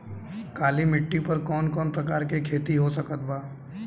काली मिट्टी पर कौन कौन प्रकार के खेती हो सकत बा?